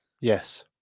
Yes